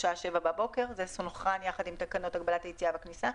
בשעה 7:00" זה סונכרן יחד עם תקנות הגבלת היציאה והכניסה.